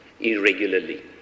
irregularly